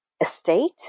estate